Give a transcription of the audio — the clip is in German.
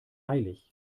eilig